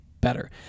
better